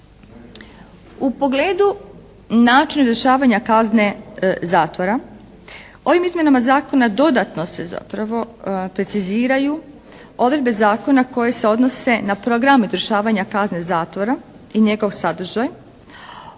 U pogledu načina izvršavanja kazne zatvora, ovim izmjenama zakona dodatno se zapravo preciziraju odredbe zakona koje se odnose na programe izvršavanja kazne zatvora i njegov sadržaj,